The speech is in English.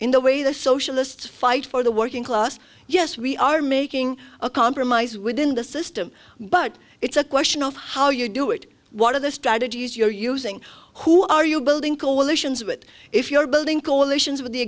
in the way the socialists fight for the working class yes we are making a compromise within the system but it's a question of how you do it one of the strategies you're using who are you building coalitions what if you're building coalitions with the